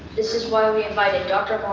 this is why we invited dr.